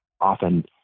often